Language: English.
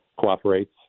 cooperates